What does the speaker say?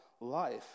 life